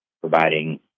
providing